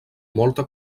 molta